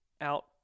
out